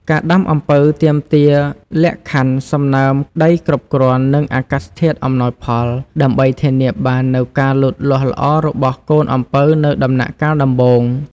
ការដាំអំពៅទាមទារលក្ខខណ្ឌសំណើមដីគ្រប់គ្រាន់ និងអាកាសធាតុអំណោយផល ដើម្បីធានាបាននូវការលូតលាស់ល្អរបស់កូនអំពៅនៅដំណាក់កាលដំបូង។